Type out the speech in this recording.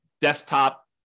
desktop